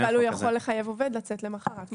אבל הוא יכול לחייב עובד לצאת למחרת מוקדם יותר.